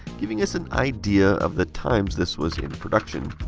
giving us an idea of the times this was in production.